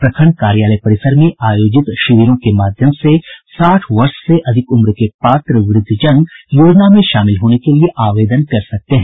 प्रखंड कार्यालय परिसर में आयोजित शिविरों के माध्यम से साठ वर्ष से अधिक उम्र के पात्र व्रद्धजन योजना में शामिल होने के लिए आवेदन कर सकते हैं